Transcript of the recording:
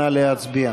נא להצביע.